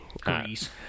Grease